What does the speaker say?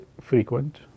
frequent